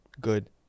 good